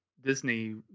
Disney